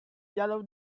yellow